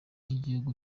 cy’igihugu